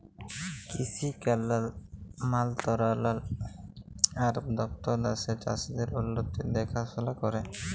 কিসি কল্যাল মলতরালায় আর দপ্তর দ্যাশের চাষীদের উল্লতির দেখাশোলা ক্যরে